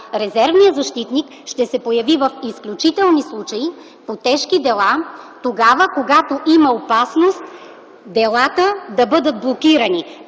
Резервният защитник ще се появи в изключителни случаи по тежки дела, когато има опасност делата да бъдат блокирани.